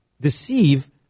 deceive